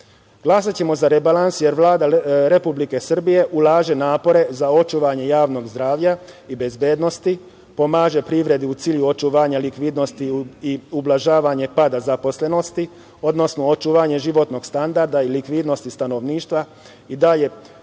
za rebalans, jer Vlada Republike Srbije ulaže napore za očuvanje javnog zdravlja i bezbednosti, pomaže privredi u cilju očuvanja likvidnosti i ublažavanje pada zaposlenosti, odnosno očuvanje životnog standarda i likvidnosti stanovništva i dalje